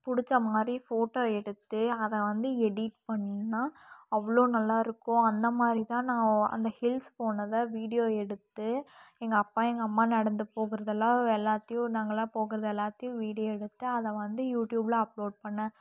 பிடிச்சமாதிரி photo எடுத்து அதை வந்து எடிட் பண்ணால் அவ்வளோ நல்லா இருக்கும் அந்தமாதிரிதான் நான் அந்த ஹில்ஸ் போனதை வீடியோ எடுத்து எங்கள் அப்பா எங்கள் அம்மா நடந்து போகிறதெல்லாம் எல்லாத்தையும் நாங்களாம் போகிறது எல்லாத்தையும் வீடியோ எடுத்து அதை வந்து யூடியூபில் அப்லோட் பண்ணேன்